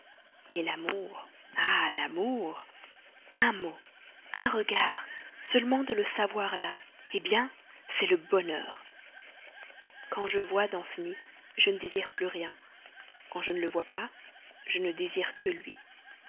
mais l'amour ah l'amour un mot un regard seulement de le savoir là eh bien c'est le bonheur quand je vois danceny je ne désire plus rien quand je ne le vois pas je ne désire que lui